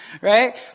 right